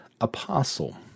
Apostle